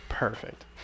Perfect